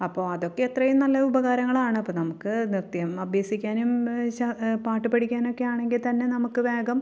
അപ്പോൾ അതൊക്കെ എത്രയും നല്ല ഉപകാരങ്ങളാണ് അപ്പം നമുക്ക് നൃത്ത്യം അഭ്യസിക്കാനും പാട്ട് പഠിക്കാനൊക്കെ ആണെങ്കിൽ തന്നെ നമുക്ക് വേഗം